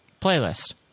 playlist